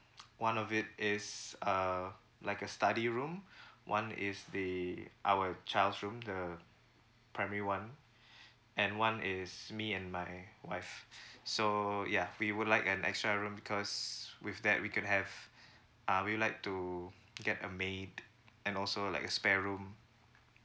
one of it is uh like a study room one is the our child's room the primary one and one is me and my wife so yeah we would like an extra room because with that we can have uh we'll like to get a maid and also like a spare room